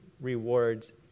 rewards